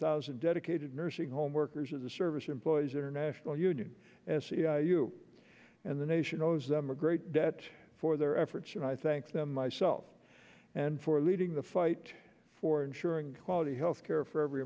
thousand dedicated nursing home workers of the service employees international union and you and the nation owes them a great debt for their efforts and i thank them myself and for leading the fight for ensuring quality health care for every